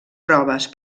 proves